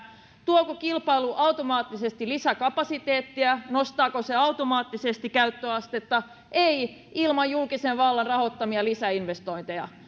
tuoko kilpailu automaattisesti lisäkapasiteettia nostaako se automaattisesti käyttöastetta ei ilman julkisen vallan rahoittamia lisäinvestointeja